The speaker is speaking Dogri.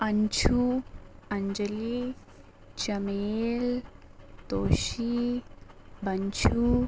अंशु अंजली चमेल तोशी बंशू